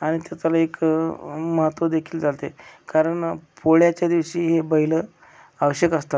आणि त्या त्याला एक महत्त्वदेखील चालते कारण पोळ्याच्या दिवशी हे बैल आवश्यक असतात